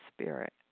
spirit